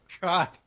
God